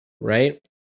right